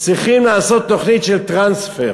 צריכים לעשות תוכנית של טרנספר.